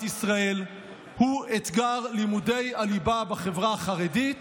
ישראל היום הוא אתגר לימודי הליבה בחברה החרדית